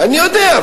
אני יודע,